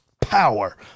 power